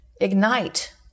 Ignite